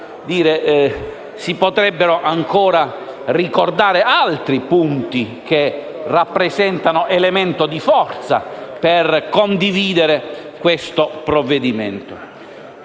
Si potrebbero ancora ricordare altri punti che rappresentano elementi di forza per condividere questo provvedimento.